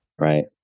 right